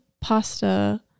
pasta